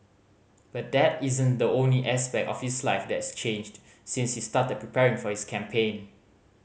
but that isn't the only aspect of his life that's changed since he started preparing for his campaign